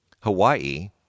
Hawaii